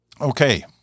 Okay